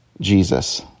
Jesus